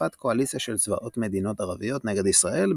בהתקפת קואליציה של צבאות מדינות ערביות נגד ישראל,